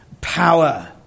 power